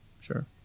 sure